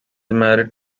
married